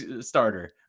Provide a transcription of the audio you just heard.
starter